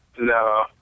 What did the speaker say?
No